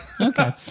okay